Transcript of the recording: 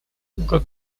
год